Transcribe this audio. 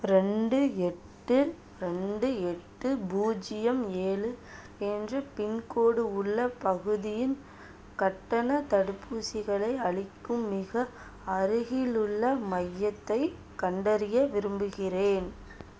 ரெண்டு எட்டு ரெண்டு எட்டு பூஜ்ஜியம் ஏழு என்ற பின்கோடு உள்ள பகுதியில் கட்டணத் தடுப்பூசிகளை அளிக்கும் மிக அருகிலுள்ள மையத்தைக் கண்டறிய விரும்புகிறேன்